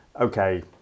okay